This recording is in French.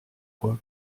quoi